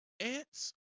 Ants